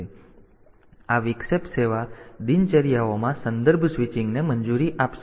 તેથી આ વિક્ષેપ સેવા દિનચર્યાઓમાં સંદર્ભ સ્વિચિંગને મંજૂરી આપશે